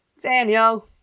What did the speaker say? Daniel